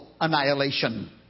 annihilation